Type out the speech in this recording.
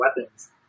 weapons